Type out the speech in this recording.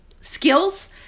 skills